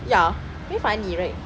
ya very funny right